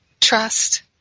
trust